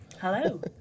Hello